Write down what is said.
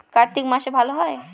কার্তিক মাসে ভালো হয়?